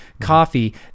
Coffee